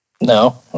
No